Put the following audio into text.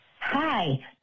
Hi